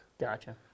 Gotcha